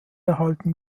erhalten